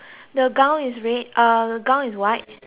red uh gown is white uh